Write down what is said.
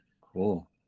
Cool